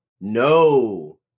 No